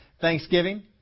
Thanksgiving